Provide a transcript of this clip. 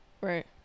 Right